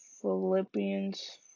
Philippians